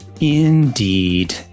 Indeed